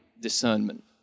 discernment